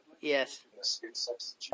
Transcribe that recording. Yes